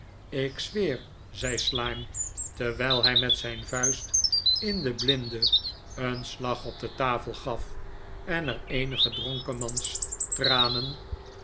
ik zweer zei slyme terwijl hij met zijn vuist in den blinde een slag op de tafel gaf en er eenige dronkemanstranen